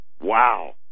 Wow